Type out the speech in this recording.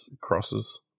crosses